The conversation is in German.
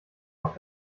auf